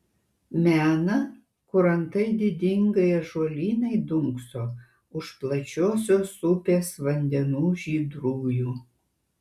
mena kur antai didingai ąžuolynai dunkso už plačiosios upės vandenų žydrųjų